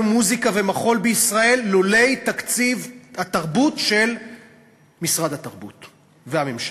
מוזיקה ומחול בישראל לולא תקציב התרבות של משרד התרבות והממשלה.